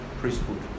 priesthood